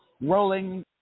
rolling